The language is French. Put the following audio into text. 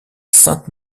sainte